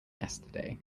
yesterday